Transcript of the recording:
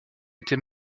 était